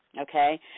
okay